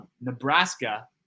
Nebraska